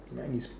mine is